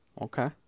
Okay